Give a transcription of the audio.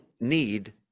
need